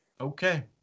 Okay